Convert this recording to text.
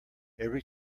every